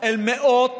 אל מאות,